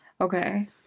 Okay